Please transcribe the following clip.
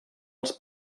els